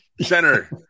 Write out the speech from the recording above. center